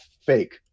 fake